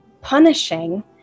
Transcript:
punishing